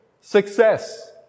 success